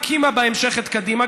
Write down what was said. הקימה בהמשך את קדימה,